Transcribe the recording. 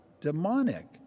demonic